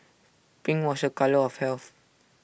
pink was A colour of health